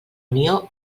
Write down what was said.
unió